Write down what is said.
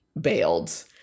bailed